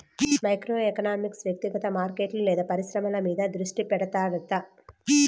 micro economics వ్యక్తిగత మార్కెట్లు లేదా పరిశ్రమల మీద దృష్టి పెడతాడట